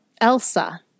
Elsa